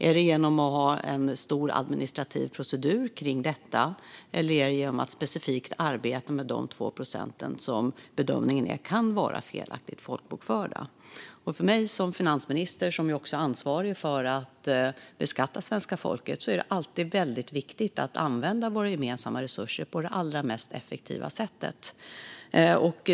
Är det genom att ha en stor administrativ procedur kring detta, eller är det genom att specifikt arbeta med de 2 procent som bedöms kunna vara felaktigt folkbokförda? För mig som finansminister, som också är ansvarig för att beskatta svenska folket, är det alltid väldigt viktigt att använda våra gemensamma resurser på det allra mest effektiva sättet.